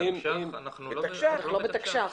אנחנו לא בתקש"ח.